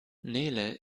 nele